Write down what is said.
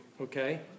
okay